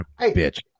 bitch